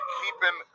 keeping